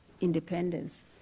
independence